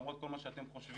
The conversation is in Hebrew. למרות כל מה שאתם חושבים,